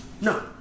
no